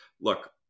look